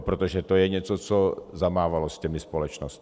Protože to je něco, co zamávalo s těmi společnostmi.